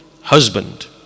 husband